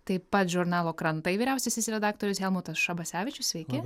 taip pat žurnalo krantai vyriausiasis redaktorius helmutas šabasevičius sveiki